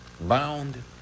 bound